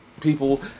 people